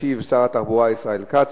ישיב שר התחבורה ישראל כץ.